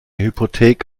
hypothek